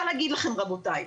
רבותי,